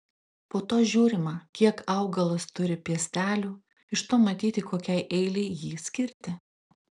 po to žiūrima kiek augalas turi piestelių iš to matyti kokiai eilei jį skirti